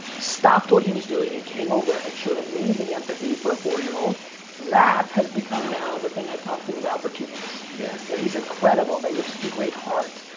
stopped what he was doing and came over and showed amazing empathy for a four-year-old that has become now the thing i've talked to him about for two days. yeah. that he's incredible. that you have such a great heart.